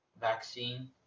vaccine